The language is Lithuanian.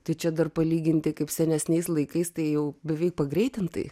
tai čia dar palyginti kaip senesniais laikais tai jau beveik pagreitintai